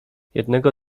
jednego